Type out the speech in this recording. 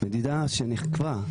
מדינה שעברה,